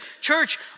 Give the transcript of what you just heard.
church